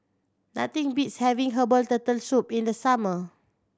nothing beats having herbal Turtle Soup in the summer